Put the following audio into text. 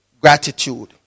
gratitude